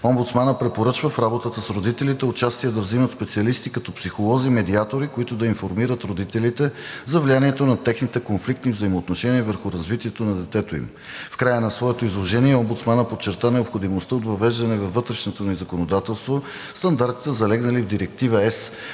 Омбудсманът препоръчва в работата с родителите участие да взимат специалисти като психолози, медиатори, които да информират родителите за влиянието на техните конфликтни взаимоотношения върху развитието на детето им. В края на своето изложение омбудсманът подчерта необходимостта от въвеждане във вътрешното ни законодателство стандартите, залегнали в Директива